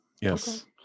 yes